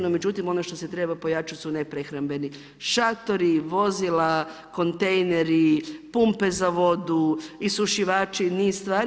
No, međutim, ono što se treba pojačati su neprehrambeni – šatori, vozila, kontejneri, pumpe za vode, isušivači i niz stvari.